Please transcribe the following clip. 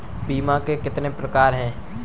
बीमे के कितने प्रकार हैं?